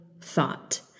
thought